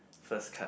first card